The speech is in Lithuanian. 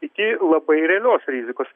iki labai realios rizikos